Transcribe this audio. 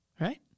right